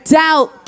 doubt